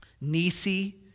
Nisi